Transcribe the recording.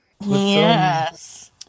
Yes